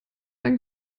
ein